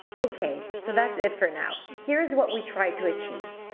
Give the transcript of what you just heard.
okay, so that's it for now. here's what we try to achieve.